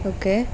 okay